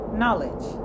knowledge